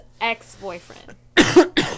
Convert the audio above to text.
ex-boyfriend